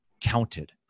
counted